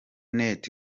net